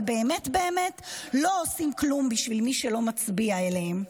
אבל באמת לא עושים כלום בשביל מי שלא מצביע עבורם.